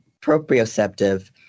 proprioceptive